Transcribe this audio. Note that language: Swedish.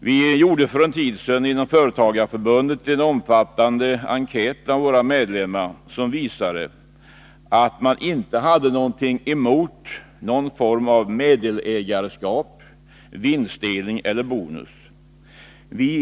Vi gjorde för en tid sedan inom Företagareförbundet en omfattande enkät bland våra medlemmar, som visade att de inte hade något emot en form av meddelägarskap, vinstdelning eller bonus.